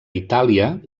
itàlia